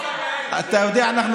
את היד פעם אחת,